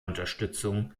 unterstützung